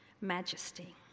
majesty